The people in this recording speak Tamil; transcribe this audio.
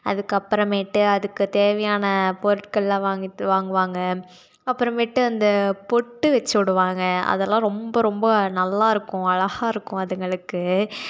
அதுக்கப்பறமேட்டு அதுக்குத் தேவையான பொருட்கள்லாம் வாங்கிட்டு வாங்குவாங்க அப்பறமேட்டு அந்த பொட்டு வச்சி விடுவாங்க அதலாம் ரொம்ப ரொம்ப நல்லா இருக்கும் அழகாக இருக்கும் அதுங்களுக்கு